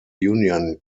union